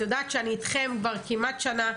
את יודעת שאני איתכם כבר כמעט שנה,